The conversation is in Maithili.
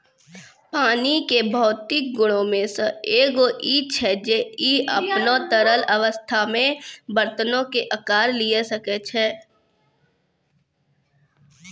पानी के भौतिक गुणो मे से एगो इ छै जे इ अपनो तरल अवस्था मे बरतनो के अकार लिये सकै छै